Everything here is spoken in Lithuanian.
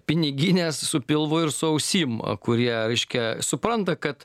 piniginės su pilvu ir su ausim kurie reiškia supranta kad